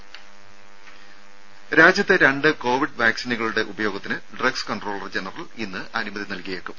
രംഭ രാജ്യത്ത് രണ്ട് കോവിസ് വാക്സിനുകളുടെ ഉപയോഗത്തിന് ഡ്രഗ്സ് കൺട്രോളർ ജനറൽ ഇന്ന് അനുമതി നൽകിയേക്കും